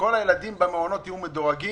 כל הילדים במעונות יהיו מדורגים,